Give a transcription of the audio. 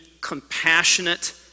compassionate